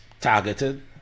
targeted